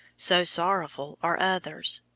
so sorrowful are others.